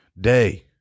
day